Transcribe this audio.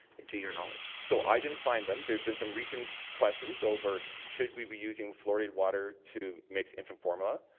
to your knowledge. so i didn't find them. there's been some recent questions over should we be using flouridated water to mix infant formula.